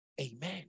Amen